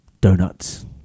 donuts